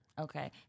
Okay